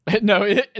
No